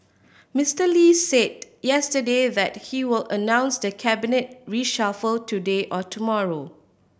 Mister Lee said yesterday that he will announce the cabinet reshuffle today or tomorrow